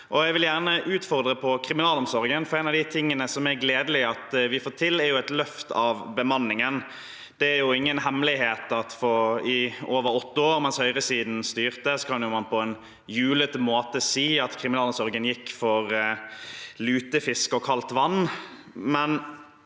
Jeg vil gjerne utfordre på kriminalomsorgen, for noe det er gledelig at vi får til, er et løft av bemanningen. Det er ingen hemmelighet at i over åtte år, mens høyresiden styrte, kan man på en julete måte si at kriminalomsorgen gikk for lutefisk og kaldt vann.